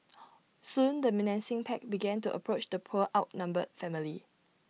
soon the menacing pack began to approach the poor outnumbered family